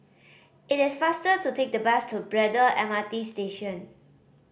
it is faster to take the bus to Braddell M R T Station